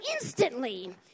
instantly